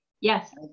Yes